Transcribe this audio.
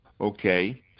Okay